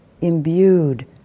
imbued